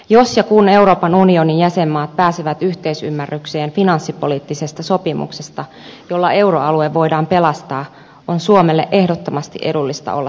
jos ja kun euroopan unionin jäsenmaat pääsevät yhteisymmärrykseen finanssipoliittisesta sopimuksesta jolla euroalue voidaan pelastaa on suomelle ehdottomasti edullista olla siinä mukana